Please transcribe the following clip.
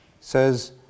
says